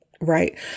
right